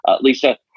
Lisa